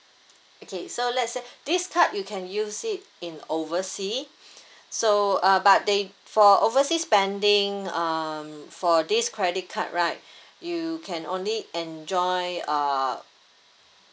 okay so let's say this card you can use it in oversea so uh but they for oversea spending um for this credit card right you can only enjoy uh